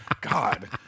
God